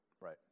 Right